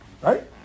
right